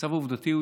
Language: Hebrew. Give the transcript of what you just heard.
המצב העובדתי הוא